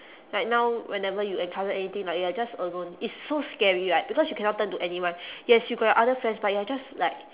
like now whenever you encounter anything like you are just alone it's so scary right because you cannot turn to anyone yes you got your other friends but you are just like